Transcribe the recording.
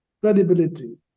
Credibility